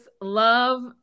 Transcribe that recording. love